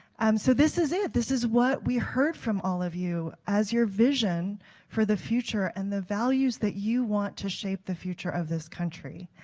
um so this is it. this is what we heard from all of you as your vision for the future and the values that you want to shape the future of this country.